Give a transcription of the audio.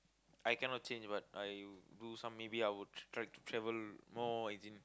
I cannot change but I do some maybe I would try to travel more as in